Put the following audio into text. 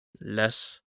less